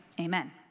amen